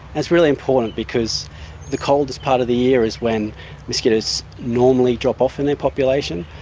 that's really important because the coldest part of the year is when mosquitoes normally drop off in their population,